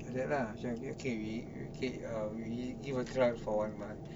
like that lah okay we okay uh we give a try for one month